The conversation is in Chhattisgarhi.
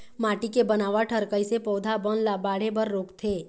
माटी के बनावट हर कइसे पौधा बन ला बाढ़े बर रोकथे?